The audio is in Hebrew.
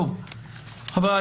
חברים,